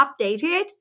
updated